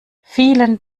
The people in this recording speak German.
vielen